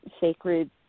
sacred